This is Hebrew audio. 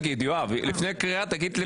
יואב, לפני קריאה תגיד את השם.